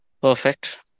Perfect